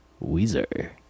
weezer